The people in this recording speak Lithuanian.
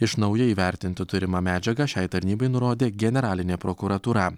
iš naujai įvertinti turimą medžiagą šiai tarnybai nurodė generalinė prokuratūra